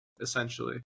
essentially